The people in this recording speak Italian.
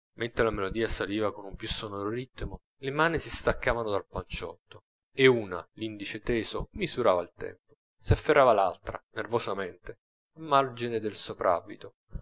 mentre la melodia saliva con più sonoro ritmo le mani si staccavano dal panciotto e una l'indice teso misurava il tempo si afferrava l'altra nervosamente al margine del